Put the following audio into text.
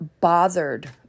bothered